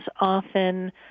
often